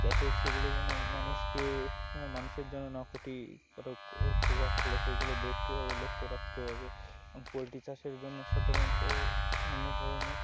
যাতে সেগুলো যেন মানুষকে মানুষের যেন না ক্ষতিকরক প্রভাব ফেলে সেইগুলো দেখতে হবে লক্ষ্য রাখতে হবে এবং পোলট্রি চাষের জন্য সাধারণত অন্য ধরনের